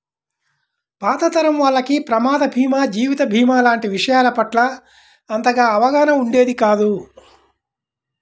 పాత తరం వాళ్లకి ప్రమాద భీమా, జీవిత భీమా లాంటి విషయాల పట్ల అంతగా అవగాహన ఉండేది కాదు